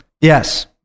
yes